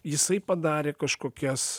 jisai padarė kažkokias